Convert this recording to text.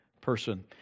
person